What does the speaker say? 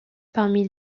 parmi